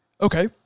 Okay